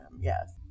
Yes